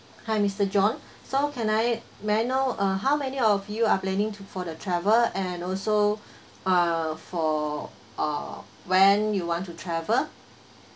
hi mister john so can I may I know uh how many of you are planning to for the travel and also uh for uh when you want to travel